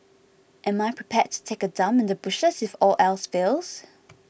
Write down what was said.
am I prepared to take a dump in the bushes if all else fails